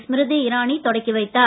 ஸ்மிருதி இரானி தொடக்கி வைத்தார்